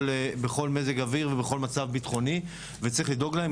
בכל מזג האוויר ובכל מצב בטחוני וצריך לדאוג להם.